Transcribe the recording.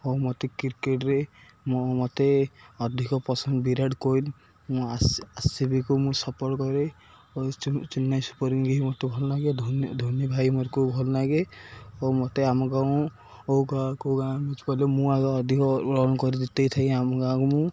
ଓ ମୋତେ କ୍ରିକେଟ୍ରେ ମୋ ମତେ ଅଧିକ ପସନ୍ଦ ବିରାଟ କୋହଲି ମୁଁ ଆର୍ସିବିକୁ ମୁଁ ସପୋର୍ଟ କରେ ଓ ଚେନ୍ନାଇ ସୁପର୍ କିଙ୍ଗକି ମୋତେ ଭଲ ଲାଗେ ଧୋନି ଭାଇ ମୋରକୁ ଭଲ ଲାଗେ ଓ ମୋତେ ଆମ ଗାଁ ଓ ଗାଁ କୋ ଗାଁ ମ୍ୟାଚ୍ କଲେ ମୁଁ ଆଗ ଅଧିକ ରନ୍ କରି ଜିତେଇ ଥାଏ ଆମ ଗାଁକୁ ମୁଁ